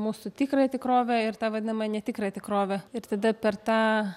mūsų tikrą tikrovę ir tą vadinamą netikrą tikrovę ir tada per tą